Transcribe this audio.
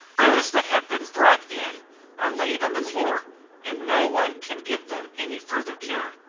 those that have been brought in are laid on the floor and no one can give them any further care.